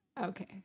okay